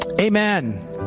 amen